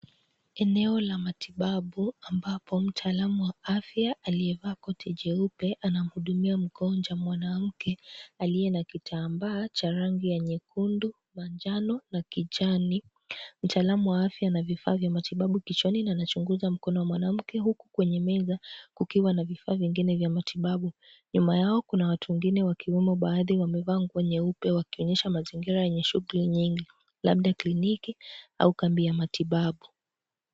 Eneo la matibabu ambapo mtaalamu wa afya aliyevaa koti jeupe anamhudumia mgonjwa mwanamke aliye na kitambaa cha rangi ya nyekundu, manjano na kijani. Mtaalamu wa afya ana vifaa vya matibabu kichwani na anachunguza mkono wa mwanamke huku kwenye meza kukiwa na vifaa vingine vya matibabu. Nyuma yao kuna watu wengine wakiwemo baadhi wamevaa nguo nyeupe, wakionyesha mazingira yenye shughuli nyingi labda kliniki au kambi ya matibabu.